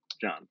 John